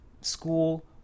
school